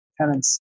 tenants